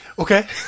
Okay